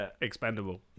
expendable